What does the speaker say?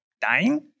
dying